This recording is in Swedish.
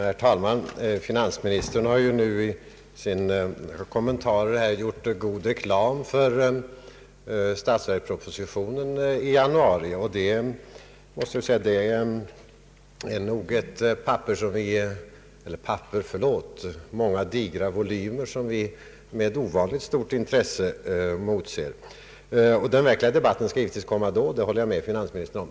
Herr talman! Finansministern har nu i sin kommentar gjort god reklam för statsverkspropositionen i januari, och den är nog ett papper — förlåt, den är ju många digra volymer! — som vi med ovanligt stort intresse emotser. Den verkliga debatten skall givetvis komma sedan den har framlagts, det håller jag med finansministern om.